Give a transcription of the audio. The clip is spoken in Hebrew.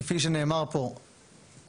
כפי שנאמר פה,